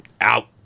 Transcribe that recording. out